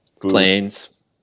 planes